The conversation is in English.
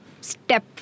step